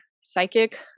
psychic